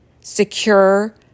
secure